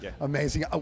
Amazing